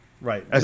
right